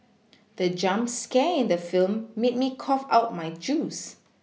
the jump scare in the film made me cough out my juice